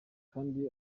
kandi